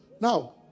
Now